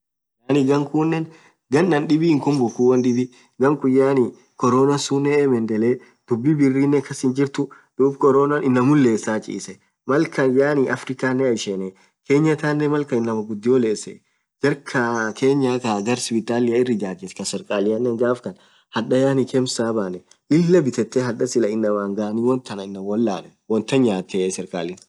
yaani ghan khunen ghan anin dhib hinkhumbuku ghan khun yaani corona sunen emm endleee dhub birrinen kas hinjirtuu dhub corona inamum lesaaah chisee Mal khan yaaani Africanen haishene Kenya thaanen Mal khan inamaa ghudio lessee jarr kaaa kenya hispitalia iri ijajethu kaaa serkalian ghafkan hadhaa yaani kmsa Lilah dhithethe thaa inaman ghani wolanan wontanan